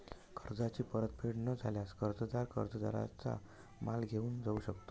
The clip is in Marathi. कर्जाची परतफेड न झाल्यास, कर्जदार कर्जदाराचा माल घेऊन जाऊ शकतो